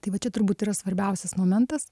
tai va čia turbūt yra svarbiausias momentas